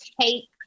take